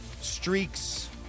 streaks